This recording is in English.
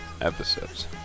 episodes